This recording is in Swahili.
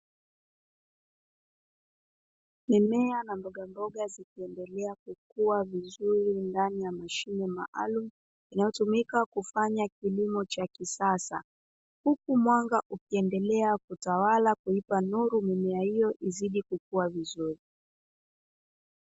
Mimea na mbogamboga zikiendelea kukua vizuri ndani ya mashine maalumu, inayotumika kufanya kilimo cha kisasa, huku mwanga ukiendelea kutawala kuipa nuru mimea hiyo izidi kukua vizuri.